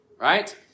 right